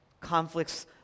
conflicts